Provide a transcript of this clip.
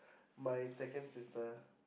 my second sister